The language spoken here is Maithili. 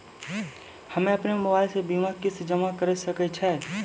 हम्मे अपन मोबाइल से बीमा किस्त जमा करें सकय छियै?